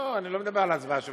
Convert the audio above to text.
אני לא מדבר על הצבעה שמית,